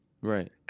Right